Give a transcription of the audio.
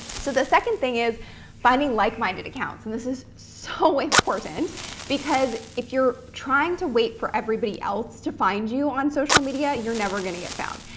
so the second thing is finding like-minded accounts. and this is so important because if you're trying to wait for everybody else to find you on social media, you're never going to get found.